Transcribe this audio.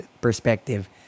perspective